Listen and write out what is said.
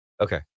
okay